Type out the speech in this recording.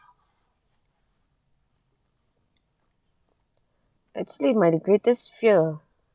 actually my greatest fear